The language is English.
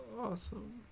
Awesome